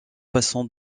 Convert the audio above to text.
passant